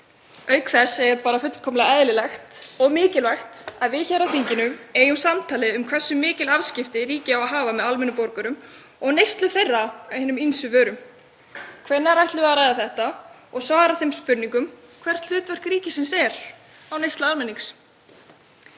Auk þess er bara fullkomlega eðlilegt og mikilvægt að við á þinginu eigum samtalið um hversu mikil afskipti ríkið eigi að hafa af almennum borgurum og neyslu þeirra á hinum ýmsu vörum. Hvenær ætlum við að ræða þetta og svara þeim spurningum hvert hlutverk ríkisins er á neyslu almennings?